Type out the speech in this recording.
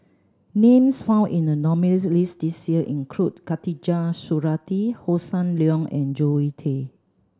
names found in the nominees' list this year include Khatijah Surattee Hossan Leong and Zoe Tay